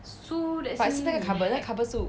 but 是那个 cupboard 是那个 cupboard 是